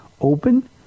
open